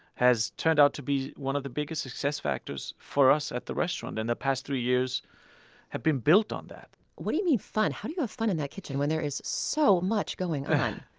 has turned out to be one of the biggest success factors for us at the restaurant. and the past three years have been built on that what do you mean fun? how do you have fun in that kitchen when there is so much going on?